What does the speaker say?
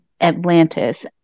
Atlantis